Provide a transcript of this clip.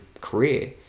career